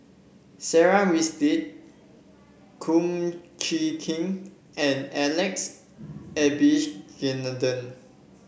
Sarah Winstedt Kum Chee Kin and Alex Abisheganaden